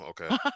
okay